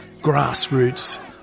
grassroots